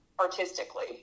artistically